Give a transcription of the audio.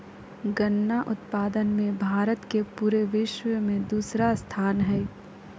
गन्ना उत्पादन मे भारत के पूरे विश्व मे दूसरा स्थान हय